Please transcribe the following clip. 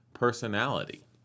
Personality